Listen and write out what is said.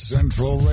Central